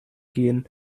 gehen